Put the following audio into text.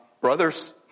brother's